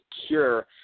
secure